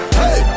hey